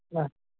ಹಾಂ